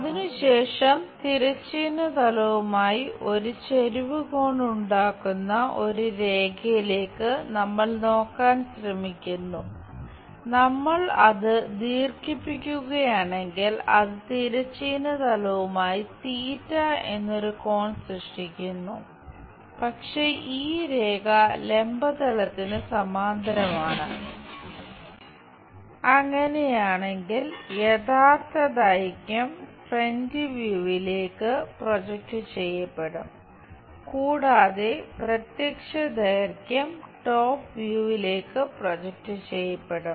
അതിനുശേഷം തിരശ്ചീന തലവുമായി ഒരു ചെരിവ് കോൺ ഉണ്ടാക്കുന്ന ഒരു രേഖയിലേക്കു നമ്മൾ നോക്കാൻ ശ്രമിക്കുന്നു നമ്മൾ അത് ദീർഘിപ്പിക്കുകയാണെങ്കിൽ അത് തിരശ്ചീന തലവുമായി തീറ്റ Theta θ എന്നൊരു കോൺ സൃഷ്ടിക്കുന്നു പക്ഷേ ഈ രേഖ ലംബ തലത്തിന് സമാന്തരമാണ് അങ്ങനെയാണെങ്കിൽ യഥാർത്ഥ ദൈർഘ്യം ഫ്രന്റ് വ്യൂവിലേക്കു പ്രൊജക്റ്റ് ചെയ്യപ്പെടും കൂടാതെ പ്രത്യക്ഷ ദൈർഘ്യം ടോപ് വ്യൂവിലേക്കു പ്രൊജക്റ്റ് ചെയ്യപ്പെടും